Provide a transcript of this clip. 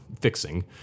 fixing